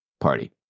Party